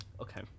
Okay